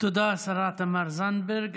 תודה לשרה תמר זנדברג.